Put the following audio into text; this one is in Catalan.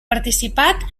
participat